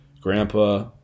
grandpa